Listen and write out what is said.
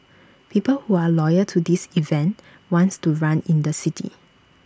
people who are loyal to this event wants to run in the city